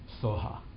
soha